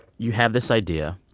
you have this idea.